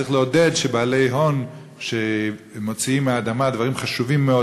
צריך לעודד שבעלי הון שמוציאים מהאדמה דברים חשובים מאוד,